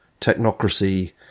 technocracy